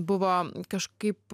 buvo kažkaip